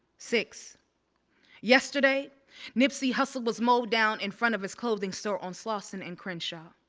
six yesterday nipsey hussle was mowed down in front of his clothing store on slauson and crenshaw.